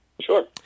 Sure